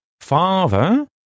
Father